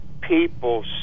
people